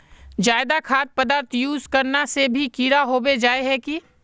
ज्यादा खाद पदार्थ यूज करना से भी कीड़ा होबे जाए है की?